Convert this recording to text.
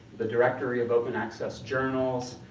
the directory of open access journals,